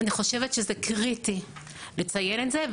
אני חושבת שזה קריטי לציין את זה.